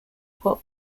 pop